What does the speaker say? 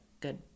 good